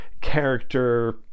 character